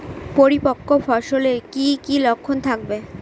পরিপক্ক ফসলের কি কি লক্ষণ থাকবে?